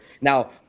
now